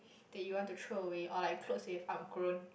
that you want to throw away or like clothes you have outgrown